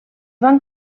van